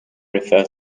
refer